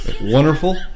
wonderful